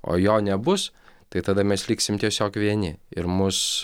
o jo nebus tai tada mes liksim tiesiog vieni ir mus